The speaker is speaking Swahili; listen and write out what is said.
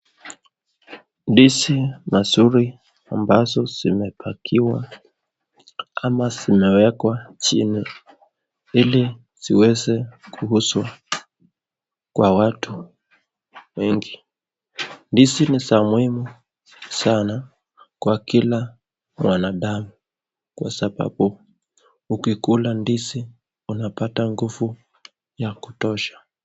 Ndizi mazuri ambazo zimepakiwa ama zimewekwa chini, ili ziweze kuuzwa kwa watu wengi. Ndizi ni za muhimu sana kwa kila mwanadamu kwa sababu, ukikula ndizi unapata nguvu za kutosha.